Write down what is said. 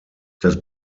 das